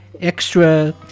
extra